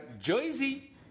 Jersey